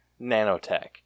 nanotech